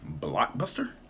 Blockbuster